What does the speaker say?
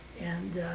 and